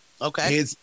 Okay